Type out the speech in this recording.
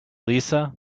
lisa